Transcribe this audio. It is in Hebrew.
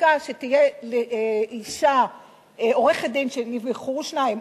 בחקיקה שתהיה אשה עורכת-דין, שיבחרו שניים,